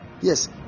Yes